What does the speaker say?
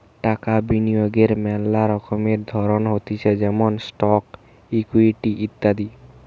টাকা বিনিয়োগের মেলা রকমের ধরণ হতিছে যেমন স্টকস, ইকুইটি ইত্যাদি